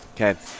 Okay